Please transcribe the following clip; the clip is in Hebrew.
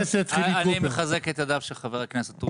אני מחזק את ידיו של חבר הכנסת,